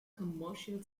commercial